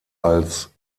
als